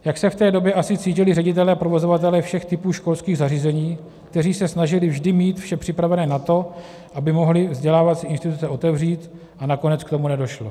Jak se v té době asi cítili ředitelé a provozovatelé všech typů školských zařízení, kteří se snažili vždy mít vše připravené na to, aby mohli vzdělávací instituce otevřít, a nakonec k tomu nedošlo?